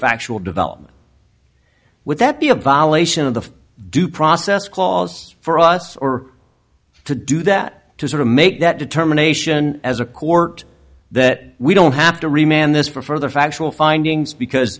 factual development would that be a politician of the due process clause for us or to do that to sort of make that determination as a court that we don't have to remain in this for further factual findings because